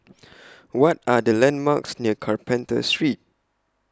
What Are The landmarks near Carpenter Street